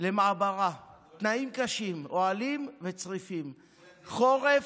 למעברה בתנאים קשים, עם אוהלים וצריפים בחורף.